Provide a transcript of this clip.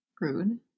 Rude